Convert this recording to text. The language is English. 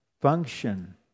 function